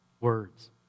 words